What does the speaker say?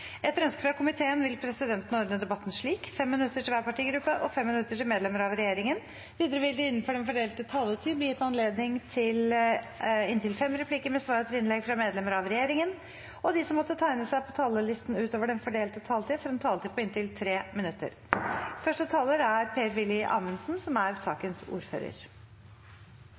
Etter ønske fra justiskomiteen vil presidenten ordne debatten slik: 5 minutter til hver partigruppe og 5 minutter til medlemmer av regjeringen. Videre vil det – innenfor den fordelte taletid – bli gitt anledning til inntil fem replikker med svar etter innlegg fra medlemmer av regjeringen, og de som måtte tegne seg på talerlisten utover den fordelte taletid, får en taletid på inntil 5 minutter. Første taler er Per-Willy Amundsen, for sakens ordfører,